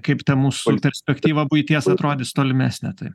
kaip ta mūsų perspektyva buities atrodys tolimesnė tai